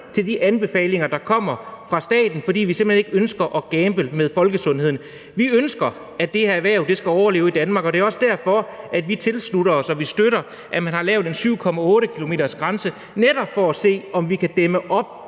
til de anbefalinger, der kommer fra staten, for vi ønsker simpelt hen ikke at gamble med folkesundheden. Vi ønsker, at det her erhverv skal overleve i Danmark, og det er også derfor, at vi tilslutter os og støtter, at man har lavet en 7,8-kilometersgrænse for netop at se, om vi kan dæmme op